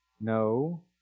no